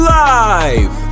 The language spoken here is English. live